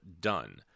done